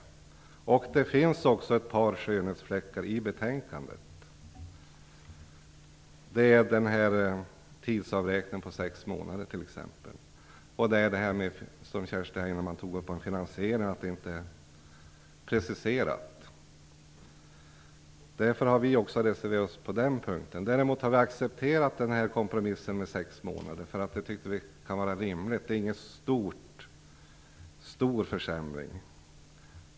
Det finns också ett par skönhetsfläckar i betänkandet, t.ex. tidsavräkningen om sex månader och det förhållandet att finansieringen inte är preciserad, vilket togs upp av Kerstin Heinemann. Vi har reserverat oss på den punkten. Däremot har vi accepterat kompromissen om sex månader. Vi tyckte att den kan vara rimlig. Det är ingen stor försämring.